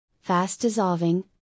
fast-dissolving